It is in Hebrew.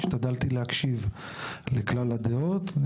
השתדלתי להקשיב לכלל הדעות,